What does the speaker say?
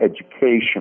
education